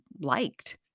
liked